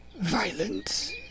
violence